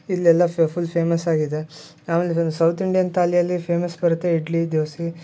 ಇಲ್ಲೆಲ್ಲ full famous ಆಗಿದೆ ಆಮೇಲೆ ಸೌತ್ ಇಂಡಿಯನ್ ಥಾಲಿಯಲ್ಲಿ ಫೇಮಸ್ ಬರುತ್ತೆ ಇಡ್ಲಿ ದೋಸೆ